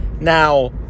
Now